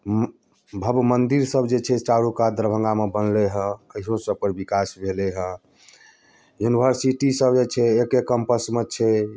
भव्य मंदिर सभ जे छै चारू कात दरभङ्गामे बनले है इहो सभ पर विकास भेलै है यूनिवर्सिटी सभ जे छै एक्के कैम्पसमे छै